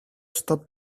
stop